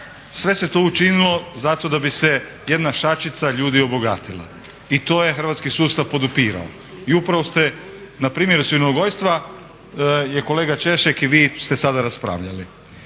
Sve se to učinilo zato da bi se jedna šačica ljudi obogatila i to je hrvatski sustav podupirao i upravo ste na primjeru svinjogojstva je kolega Češek i vi ste sada raspravljali.